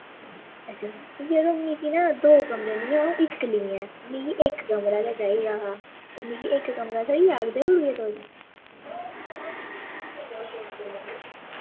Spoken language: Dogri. अच्छा यरो मिकी ना दो कमरे नी में इक्कली आं मिगी इक कमरा गै चाहिदा हा ते मिकी इक कमरा थ्होई जाह्ग देई ओड़गे तुस